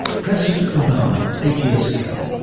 president obama, eight years ago.